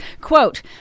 Quote